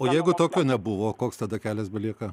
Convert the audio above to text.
o jeigu tokio nebuvo koks tada kelias belieka